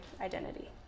identity